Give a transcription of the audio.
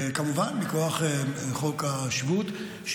כמובן מכוח חוק השבות,